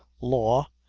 law,